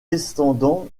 descendants